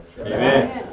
Amen